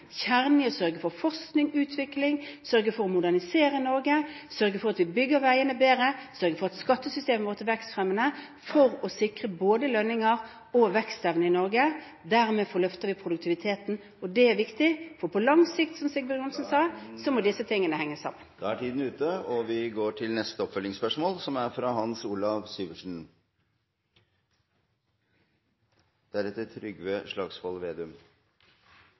kjernen i å sørge for forskning og utvikling, sørge for å modernisere Norge, sørge for at vi bygger veiene bedre, sørge for at skattesystemet vårt er vekstfremmende, for å sikre både lønninger og vekstevnen i Norge. Dermed løfter vi produktiviteten, og det er viktig, for på lang sikt, som Sigbjørn Johnsen sa, henger disse tingene sammen.